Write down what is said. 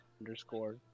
underscore